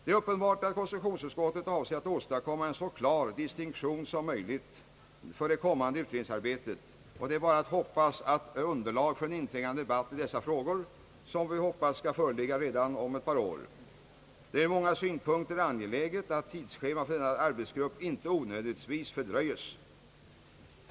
Det är uppenbart att konstitutionsutskottet avser att åstadkomma en så klar distinktion som möjligt för det kommande utredningsarbetet, och det är bara att hoppas att underlag för en inträngande debatt i dessa frågor skall föreligga redan om ett par år. Det är ur många synpunkter angeläget att tidsschemat för denna arbetsgrupp inte onödigtvis fördröjes.